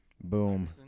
Boom